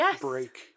...break